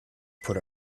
put